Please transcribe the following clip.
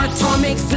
Atomic